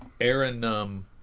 Aaron